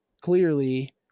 clearly